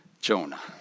Jonah